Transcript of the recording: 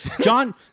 John